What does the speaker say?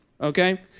Okay